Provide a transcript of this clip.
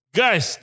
guys